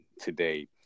today